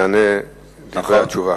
ייתן תשובה.